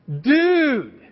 Dude